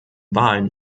wahlen